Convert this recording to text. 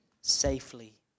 safely